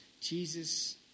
Jesus